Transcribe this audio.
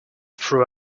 through